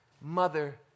mother